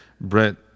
Brett